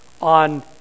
on